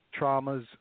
traumas